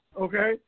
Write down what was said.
okay